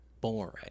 boring